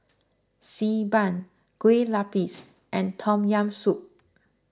Xi Ban Kue Lupis and Tom Yam Soup